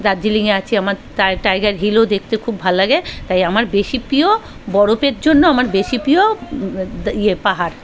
দার্জিলিঙয়ে আছে আমার টাই টাইগার হিলও দেখতে খুব ভাল লাগে তাই আমার বেশি প্রিয় বরপের জন্য আমার বেশি প্রিয় ইয়ে পাহাড়